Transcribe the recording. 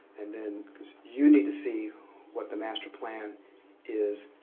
and then because you need to see what the master plan is,